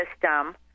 system